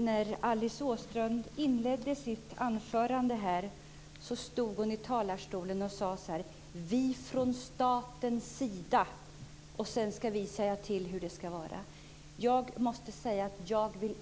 Herr talman! När Alice Åström inledde sitt anförande stod hon i talarstolen och sade: Vi från statens sida osv. Jag